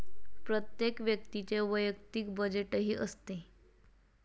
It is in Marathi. प्रत्येक व्यक्तीचे वैयक्तिक बजेटही असते